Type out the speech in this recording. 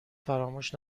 فراموش